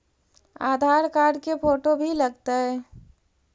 आधार card के photo भी लग तै?